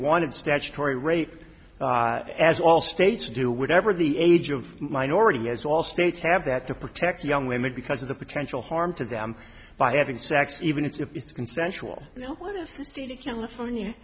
wanted statutory rape as all states do whatever the age of minority as all states have that to protect young women because of the potential harm to them by having sex even if it's consensual